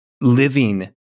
living